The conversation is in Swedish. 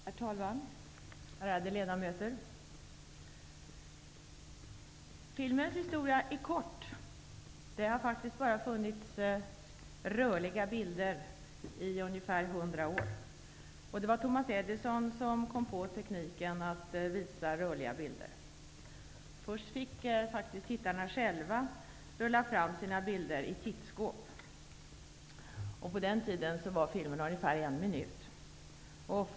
Herr talman! Ärade ledamöter! Filmens historia är kort. Det har faktiskt bara funnits rörliga bilder i ungefär 100 år. Det var Thomas Alva Edison som kom på tekniken att visa rörliga bilder. Först fick tittarna själva rulla fram sina bilder i tittskåp. På den tiden var filmerna ungefär en minut långa.